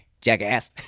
Jackass